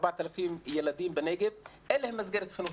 4,000 ילדים בנגב, אין להם מסגרת חינוכית.